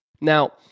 Now